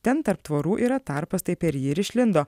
ten tarp tvorų yra tarpas tai per jį ir išlindo